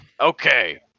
Okay